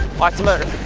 watch the motor.